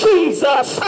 Jesus